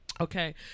Okay